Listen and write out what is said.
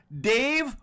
Dave